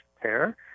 pair